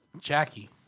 Jackie